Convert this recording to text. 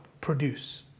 produce